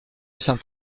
saint